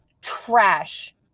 trash